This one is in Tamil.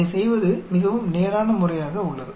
அதை செய்வது மிகவும் நேரான முறையாக உள்ளது